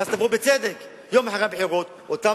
ואז יבואו בצדק יום אחרי הבחירות אותם